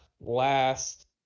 last